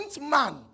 man